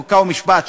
חוק ומשפט,